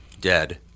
dead